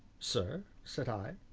sir? said i.